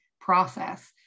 process